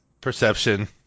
Perception